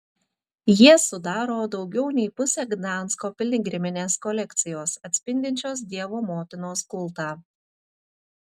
jie sudaro daugiau nei pusę gdansko piligriminės kolekcijos atspindinčios dievo motinos kultą